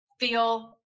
feel